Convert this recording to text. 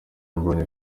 mbonyi